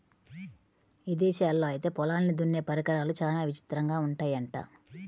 ఇదేశాల్లో ఐతే పొలాల్ని దున్నే పరికరాలు చానా విచిత్రంగా ఉంటయ్యంట